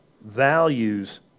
values